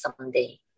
someday